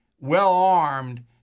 well-armed